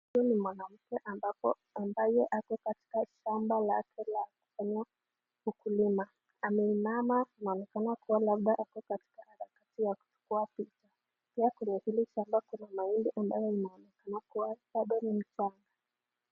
Huyu ni mwanamke ambaye ako katika shamba lake, anafanya ukulima. Ameinama unaonekana labda katika harakati ya kutoa vitu. Pia kuna kona ambayo iko na mahindi ambayo inaonekana kuwa bado ni mchanga.